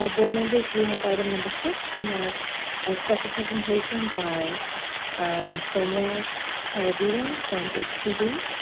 ah board members, we have item number six. we have a special presentation by ms. sonja palladino from hcd.